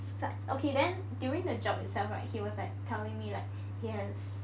start okay then during the job itself right he was like telling me like he has